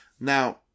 Now